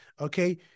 okay